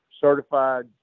certified